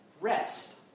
rest